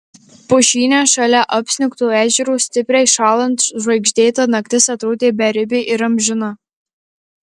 pušyne šalia apsnigto ežero stipriai šąlant žvaigždėta naktis atrodė beribė ir amžina